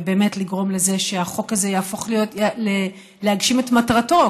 ובאמת לגרום לזה שהחוק הזה יגשים את מטרתו,